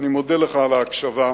אני מודה לך על ההקשבה.